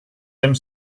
einem